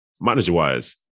manager-wise